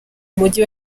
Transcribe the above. mujyi